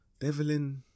devlin